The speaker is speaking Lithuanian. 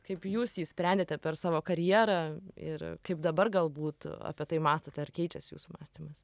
kaip jūs jį sprendžiate per savo karjerą ir kaip dabar galbūt apie tai mąstote ar keičiasi jūsų mąstymas